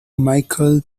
michael